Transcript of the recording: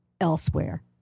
elsewhere